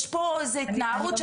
יש פה איזו התנערות.